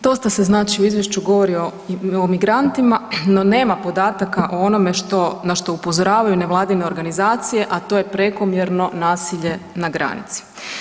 Dosta se znači u izvješću govori o migrantima, no nema podataka o onome na što upozoravaju nevladine organizacije, a to je prekomjerno nasilje na granici.